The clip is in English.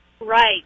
Right